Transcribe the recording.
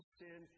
sin